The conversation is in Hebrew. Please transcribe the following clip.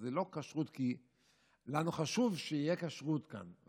אז זאת לא כשרות כי לנו חשוב שתהיה כשרות כאן,